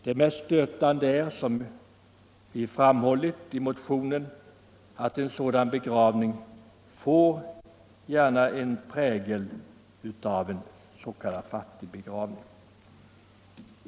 Det mest stötande är, såsom vi framhållit i motionen, att sådan begravning gärna får prägeln av s.k. fattigbegravning.